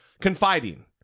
confiding